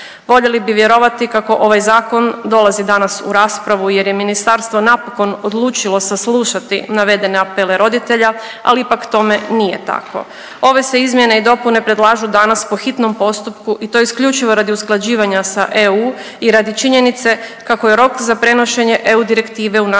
Voljeli bi vjerovati kako ovaj zakon dolazi danas u raspravu jer je ministarstvo napokon odlučilo saslušati navedene apele roditelja, ali ipak tome nije tako. Ove se izmjene i dopune predlažu danas po hitnom postupku i to isključivo radi usklađivanja sa EU i radi činjenice kako je rok za prenošenje EU direktive u naše